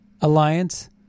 Alliance